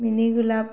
mini Golap